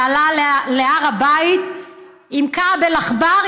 שעלה להר הבית עם כעב אל-אחבאר,